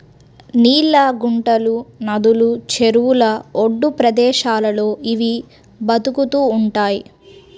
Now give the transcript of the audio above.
నీళ్ళ గుంటలు, నదులు, చెరువుల ఒడ్డు ప్రదేశాల్లో ఇవి బతుకుతూ ఉంటయ్